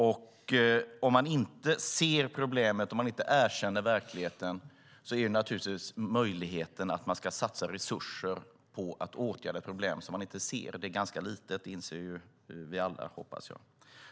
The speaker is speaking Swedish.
Om man inte ser problemet och erkänner verkligheten är naturligtvis möjligheten att satsa resurser på att åtgärda problem som man inte ser ganska liten. Det inser vi alla, hoppas jag.